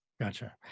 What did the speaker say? Gotcha